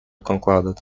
concluded